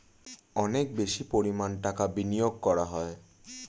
অনেক বেশি পরিমাণ টাকা বিনিয়োগ করা হয়